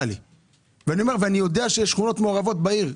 ואני יודע שיש שכונות מעורבות בעיר,